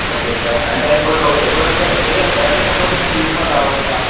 ఒకే sir అంటే ఇప్పుడు ఎప్పుడు వస్తారు మీరే వస్తారా లేకపోతే మేమే తీసుకొని రావచ్చా